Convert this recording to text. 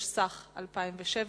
התשס"ח 2007,